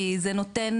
כי זה נותן